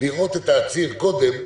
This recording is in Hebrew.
לראות את העציר קודם.